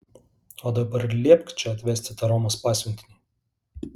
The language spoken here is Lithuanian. o dabar liepk čia atvesti tą romos pasiuntinį